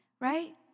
right